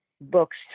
Books